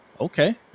okay